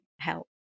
help